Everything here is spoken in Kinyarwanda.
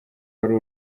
wari